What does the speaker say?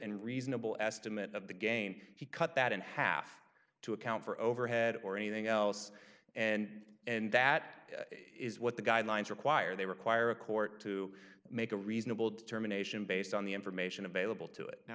and reasonable estimate of the game he cut that in half to account for overhead or anything else and and that is what the guidelines require they require a court to make a reasonable determination based on the information available to it